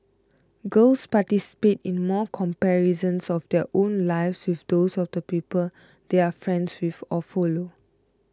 girls participate in more comparisons of their own lives with those of the people they are friends with or follow